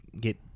get